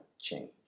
change